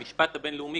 המשפט הבינלאומי,